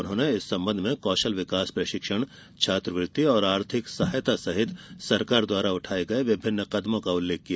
उन्होंने इस संबंध में कौशल विकास प्रशिक्षण छात्रवृत्ति और आर्थिक सहायता सहित सरकार द्वारा उठाये गए विभिन्न कदमों का उल्लेख किया